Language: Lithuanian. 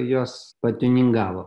jos patiuningavo